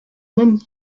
même